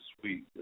sweet